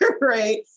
right